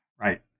right